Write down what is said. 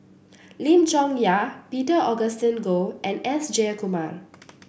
Lim Chong Yah Peter Augustine Goh and S Jayakumar